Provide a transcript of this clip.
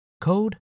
code